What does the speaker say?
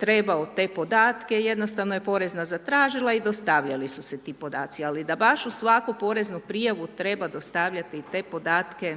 trebao te podatke, jednostavno je Porezna zatražila i dostavljali su se ti podaci. Ali da baš uz svaku poreznu prijavu treba dostavljati i te podatke,